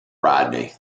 rodney